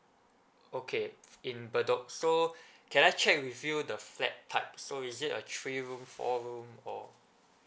okay in bedok so can I check with you the flat type so is it a three room four room or